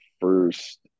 first